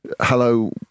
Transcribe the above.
hello